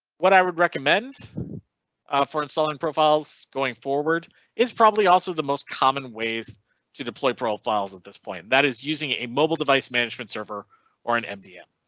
what i would recommend ah for installing profiles going forward is probably also the most common ways to deploy profiles at this point that is using a mobile device management server or an mdm.